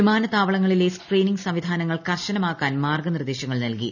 വിമാനത്താവളങ്ങളിലെ screening സംവിധാനങ്ങൾ കർശനമാക്കാൻ മാർഗ്ഗനിർദ്ദേശങ്ങൾ നൽകി